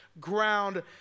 ground